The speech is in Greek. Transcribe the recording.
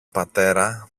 πατέρα